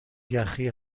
یخی